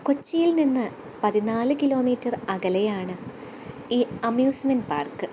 കൊച്ചിയില്നിന്നു പതിനാല് kilometre അകലെയാണ് ഈ അമ്യൂസ്മെന്റ് പാര്ക്ക്